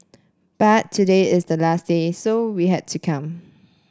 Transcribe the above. but today is the last day so we had to come